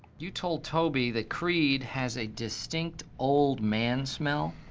you told toby that creed has a distinct old man smell?